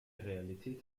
realität